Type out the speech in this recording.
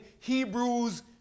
Hebrews